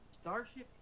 starship